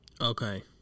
Okay